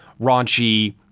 raunchy